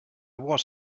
was